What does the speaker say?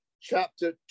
chapter